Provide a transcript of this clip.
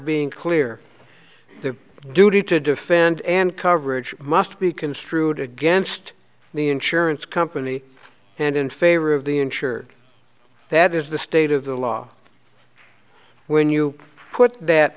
being clear the duty to defend and coverage must be construed against the insurance company and in favor of the insured that is the state of the law when you put that